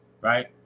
right